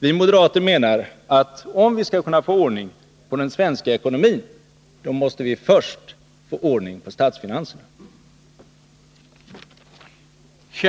Vi moderater menar att om vi skall kunna få ordning på den svenska ekonomin, då måste vi först få ordning på statsfinanserna.